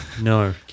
No